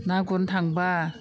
ना गुरनो थांब्ला